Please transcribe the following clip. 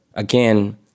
Again